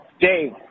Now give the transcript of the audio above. Dave